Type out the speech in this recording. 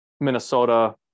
Minnesota